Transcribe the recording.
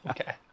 Okay